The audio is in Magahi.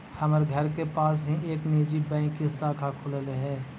हमर घर के पास ही एक निजी बैंक की शाखा खुललई हे